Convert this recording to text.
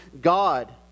God